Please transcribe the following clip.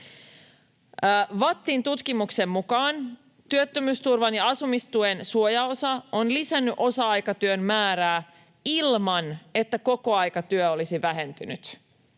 VATTin tutkimuksen mukaan työttömyysturva ja asumistuen suojaosa ovat lisänneet osa-aikatyön määrää ilman, että kokoaikatyö olisi vähentynyt.